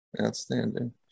outstanding